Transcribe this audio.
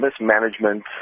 mismanagement